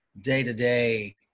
day-to-day